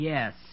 Yes